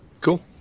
Cool